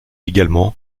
également